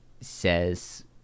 says